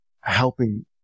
helping